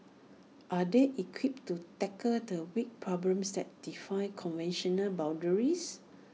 are they equipped to tackle the wicked problems that defy conventional boundaries